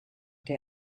der